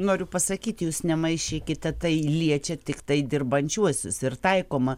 noriu pasakyti jūs nemaišykite tai liečia tiktai dirbančiuosius ir taikoma